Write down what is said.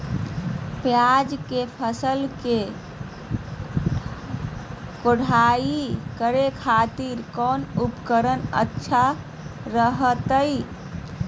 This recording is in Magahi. प्याज के फसल के कोढ़ाई करे खातिर कौन उपकरण अच्छा रहतय?